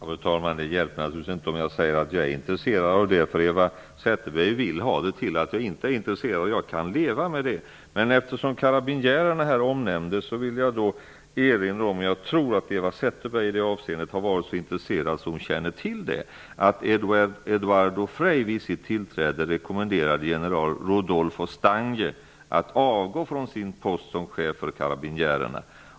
Fru talman! Det hjälper naturligtvis inte om jag säger att jag är intresserad av detta, eftersom Eva Zetterberg vill ha det till att jag inte är intresserad. Jag kan leva med det. Eftersom karabinjärerna nämndes vill jag erinra om att -- jag tror att Eva Zetterberg har varit så intresserad att hon känner till detta -- Eduardo Frei vid sitt tillträde rekommenderade general Rudolfo Stange att avgå från sin post som chef för karabinjärerna.